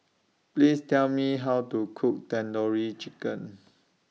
Please Tell Me How to Cook Tandoori Chicken